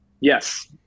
yes